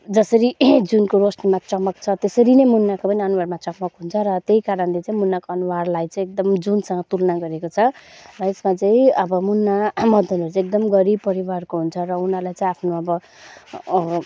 जसरी जुनको रोसनीमा चमक छ त्यसरी नै मुनाको पनि अनुहारमा चमक हुन्छ र त्यही कारणले चाहिँ मुनाको अनुहारलाई चाहिँ एकदम जुनसँग तुलना गरिएको छ र यसमा चाहिँ अब मुना मदनहरू चाहिँ एकदम गरिब परिवारको हुन्छ र उनीहरूलाई चाहिँ आफ्नो अब